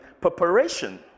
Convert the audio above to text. preparation